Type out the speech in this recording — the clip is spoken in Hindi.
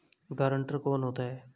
गारंटर कौन होता है?